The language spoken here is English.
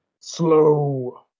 slow